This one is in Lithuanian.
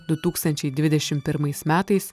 du tūkstančiai dvidešimt pirmais metais